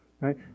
right